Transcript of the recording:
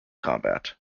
combat